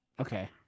okay